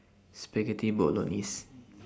Spaghetti Bolognese